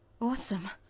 Awesome